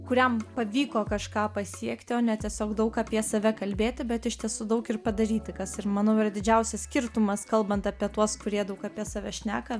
kuriam pavyko kažką pasiekti o ne tiesiog daug apie save kalbėti bet iš tiesų daug ir padaryti kas ir manau yra didžiausias skirtumas kalbant apie tuos kurie daug apie save šneka